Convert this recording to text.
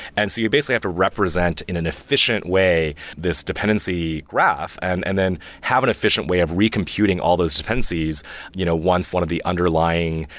and so you basically have to represent in an efficient way this dependency graph and and then have an efficient way of recomputing all those dependencies you know once one of the underlying,